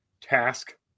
task